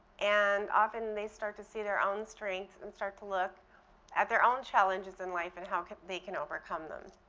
and often, they start to see their own strengths and start to look at their own challenges in life and how they can overcome them.